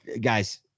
Guys